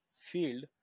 field